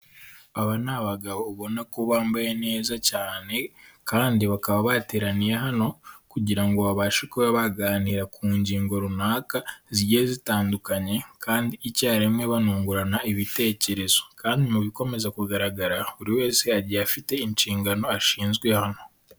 Aba ni abagabo ubona ko bambaye neza cyane kandi bakaba bateraniye hano kugira ngo babashe kuba baganira ku ngingo runaka zigiye zitandukanye kandi icyarimwe, banungurana ibitekerezo kandi mu bikomeza kugaragara, buri wese agiye afite inshingano ashinzwe hano.